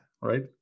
right